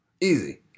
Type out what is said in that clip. Easy